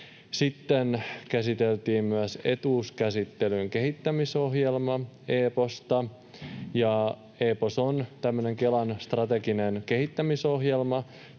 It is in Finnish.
Sitten käsiteltiin myös etuuskäsittelyn kehittämisohjelma Eeposta. Eepos on tämmöinen Kelan strateginen kehittämisohjelma,